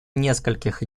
нескольких